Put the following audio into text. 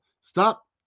Stop